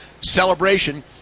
celebration